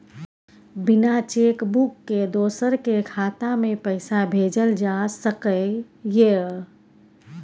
बिना cheque book के दोसर के खाता में पैसा भेजल जा सकै ये?